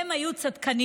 הן היו צדקניות,